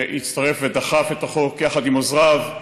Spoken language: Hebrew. שהצטרף ודחף את החוק יחד עם עוזריו,